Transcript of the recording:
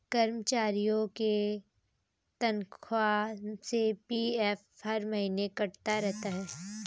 कर्मचारियों के तनख्वाह से पी.एफ हर महीने कटता रहता है